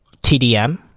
TDM